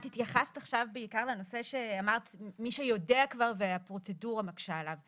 את התייחס עכשיו בעיקר לנושא שאמרת מי שיודע כבר והפרוצדורה מקשה עליו,